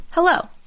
Hello